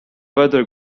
weather